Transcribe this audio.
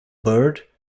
bird